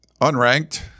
unranked